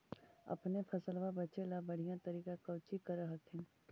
अपने फसलबा बचे ला बढ़िया तरीका कौची कर हखिन?